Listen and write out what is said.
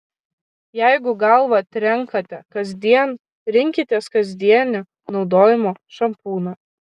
jeigu galvą trenkate kasdien rinkitės kasdienio naudojimo šampūną